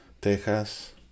Texas